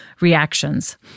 reactions